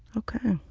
ok.